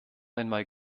einmal